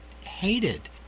hated